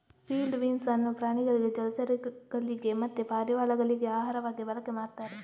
field beans ಅನ್ನು ಪ್ರಾಣಿಗಳಿಗೆ ಜಲಚರಗಳಿಗೆ ಮತ್ತೆ ಪಾರಿವಾಳಗಳಿಗೆ ಆಹಾರವಾಗಿ ಬಳಕೆ ಮಾಡ್ತಾರೆ